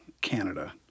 Canada